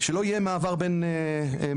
שלא יהיה מעבר בין משקים.